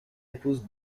épouse